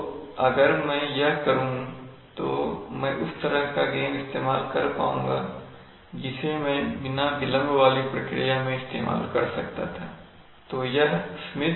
तो अगर मैं यह करूं तो मैं उस तरह का गेन इस्तेमाल कर पाऊंगा जिसे मैं बिना विलंब वाली प्रक्रिया में इस्तेमाल कर सकता था